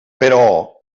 però